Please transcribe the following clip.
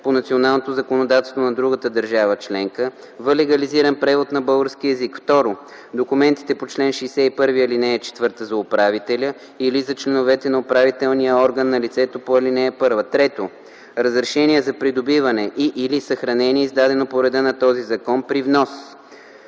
по националното законодателство на другата държава членка - в легализиран превод на български език; 2. документите по чл. 61, ал. 4 за управителя или за членовете на управителния орган на лицето по ал. 1; 3. разрешение за придобиване и/или съхранение, издадено по реда на този закон – при внос;